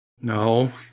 No